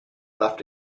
left